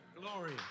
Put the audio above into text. glory